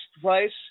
place